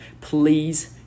please